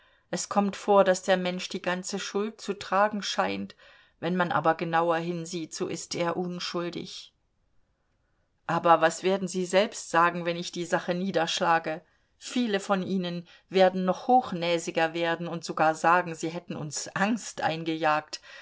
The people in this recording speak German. es kommt vor daß der mensch die ganze schuld zu tragen scheint wenn man aber genauer hinsieht so ist er unschuldig aber was werden sie selbst sagen wenn ich die sache niederschlage viele von ihnen werden noch hochnäsiger werden und sogar sagen sie hätten uns angst eingejagt